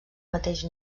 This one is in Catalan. mateix